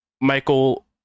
Michael